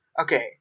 Okay